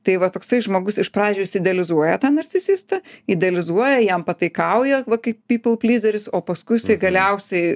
tai va toksai žmogus iš pradžių jis idealizuoja tą narcisistą idealizuoja jam pataikauja va kaip people plyzeris o paskui jisai galiausiai